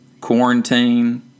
quarantine